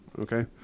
Okay